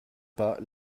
pas